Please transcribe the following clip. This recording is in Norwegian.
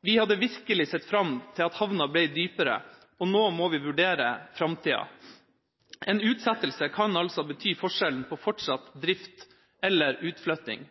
Vi hadde virkelig sett frem til at havnen ble dypere, og må nå vurdere fremtiden». En utsettelse kan altså bety forskjell på fortsatt drift eller utflytting.